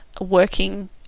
working